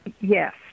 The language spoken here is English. Yes